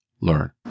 learn